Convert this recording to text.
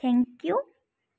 thank U